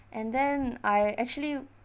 and then I actually